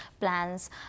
plans